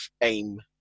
aim